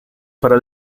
para